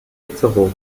itzehoe